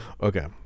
Okay